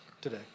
today